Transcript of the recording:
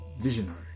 visionary